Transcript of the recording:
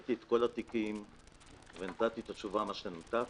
ראיתי את כל התיקים ונתתי את התשובות שנתתי.